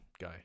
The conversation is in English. guy